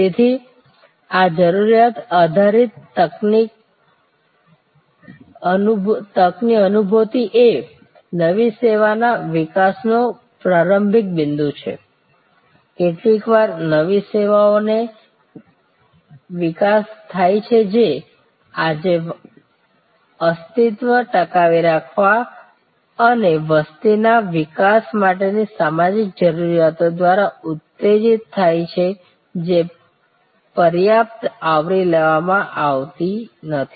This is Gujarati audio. તેથી આ જરૂરિયાત આધારિત તકની અનુભૂતિ એ નવી સેવાના વિકાસનો પ્રારંભિક બિંદુ છે કેટલીકવાર નવી સેવાઓનો વિકાસ થાય છે જે આજે અસ્તિત્વ ટકાવી રાખવા અને વસ્તીના વિકાસ માટેની સામાજિક જરૂરિયાતો દ્વારા ઉત્તેજિત થાય છે જે પર્યાપ્ત આવરી લેવામાં આવતી નથી